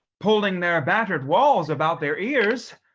pulling their battered walls about their ears.